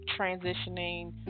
transitioning